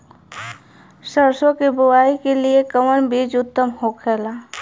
सरसो के बुआई के लिए कवन बिज उत्तम होखेला?